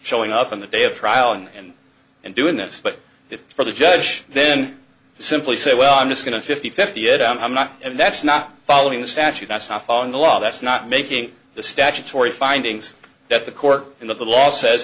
showing up on the day of trial and and doing this but if the judge then simply say well i'm just going to fifty fifty eight i'm not and that's not following the statute that's not following the law that's not making the statutory findings that the court in the law says